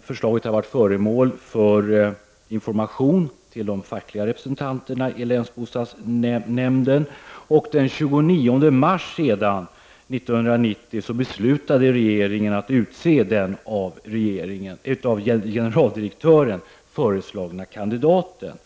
förslaget varit föremål för information till de fackliga representanterna i länsbostadsnämnden. Den 29 mars 1990 beslutade regeringen att utse den av generaldirektören föreslagna kandidaten.